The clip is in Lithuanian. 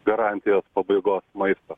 garantijos pabaigos maisto